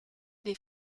les